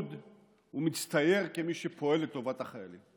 אני פוגע בליכוד ומצטייר כמי שפועל לטובת החיילים.